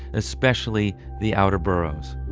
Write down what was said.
especially the outer boroughs